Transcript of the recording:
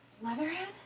Leatherhead